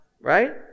right